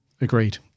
agreed